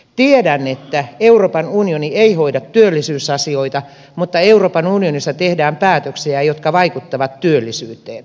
tiedän että euroopan unioni ei hoida työllisyysasioita mutta euroopan unionissa tehdään päätöksiä jotka vaikuttavat työllisyyteen